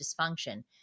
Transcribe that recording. dysfunction